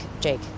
Jake